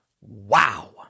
Wow